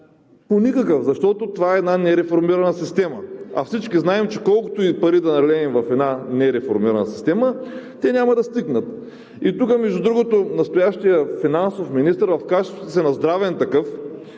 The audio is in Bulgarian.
По никакъв. Защото това е една нереформирана система, а всички знаем, че колкото и пари да налеем в една нереформирана система, те няма да стигнат. И тук, между другото, настоящият финансов министър в качеството си на здравен такъв,